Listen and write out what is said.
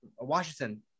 Washington